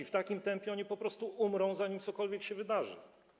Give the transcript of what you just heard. W takim tempie oni po prostu umrą, zanim cokolwiek się wydarzy.